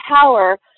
power